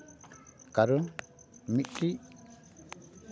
ᱠᱟᱨᱚᱱ ᱢᱤᱫᱴᱤᱱ